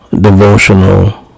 devotional